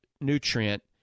nutrient